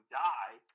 die